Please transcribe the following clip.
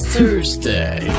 Thursday